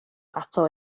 ato